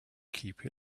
keep